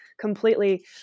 completely